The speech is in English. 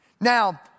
Now